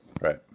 Right